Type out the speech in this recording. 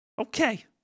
Okay